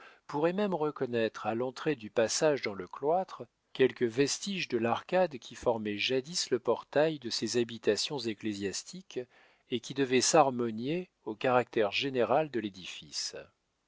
pourrait même reconnaître à l'entrée du passage dans le cloître quelques vestiges de l'arcade qui formait jadis le portail de ces habitations ecclésiastiques et qui devait s'harmonier au caractère général de l'édifice